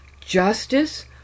Justice